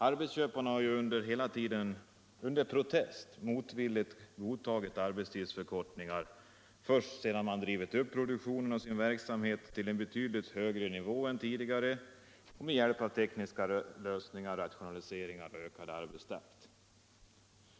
Arbetsköparna har ju hela tiden under protest motvilligt godtagit arbetstidsförkortningar först sedan de drivit upp produktionen och verksamheten till en betydligt högre nivå än tidigare med hjälp av tekniska lösningar, rationaliseringar och ökad arbetstakt.